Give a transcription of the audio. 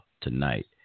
tonight